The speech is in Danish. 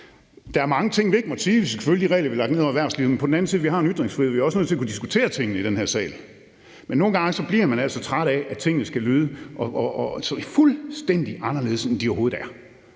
Der er mange ting, vi ikke måte sige, hvis vi skulle følge de regler, vi har lagt ned over erhvervslivet. På den anden side har vi også en ytringsfrihed; vi er også nødt til at kunne diskutere tingene i den her sal. Men nogle gange bliver man så træt af, at tingene skal lyde fuldstændig anderledes, end de overhovedet er.